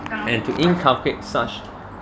and to inculcate such